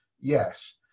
Yes